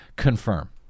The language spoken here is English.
confirm